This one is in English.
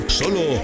solo